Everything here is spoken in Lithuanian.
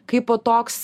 kaipo toks